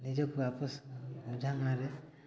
ନିଜକୁ ଆପସ୍ ବୁଝାମଣାରେ